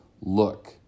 Look